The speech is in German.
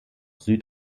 süd